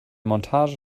montage